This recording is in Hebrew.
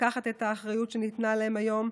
לקחת את האחריות שניתנה להם היום,